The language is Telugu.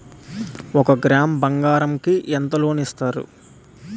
ఒక గ్రాము బంగారం కి ఎంత లోన్ ఇస్తారు?